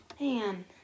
Man